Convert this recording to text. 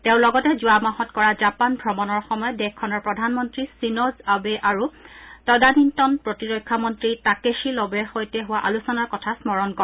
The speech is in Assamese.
তেওঁ লগতে যোৱা মাহত কৰা জাপান ভ্ৰমণৰ সময়ত দেশখনৰ প্ৰধানমন্তী থিনজ আবে আৰু তদানীন্তত প্ৰতিৰক্ষা মন্নী তাকেখী লবেৰ সৈতে হোৱা আলোচনাৰ কথা স্মৰণ কৰে